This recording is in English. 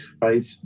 right